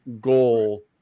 goal